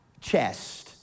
chest